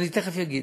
אני תכף אגיד.